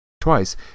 Twice